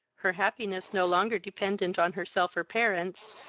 her happiness, no longer dependent on herself or parents,